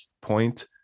point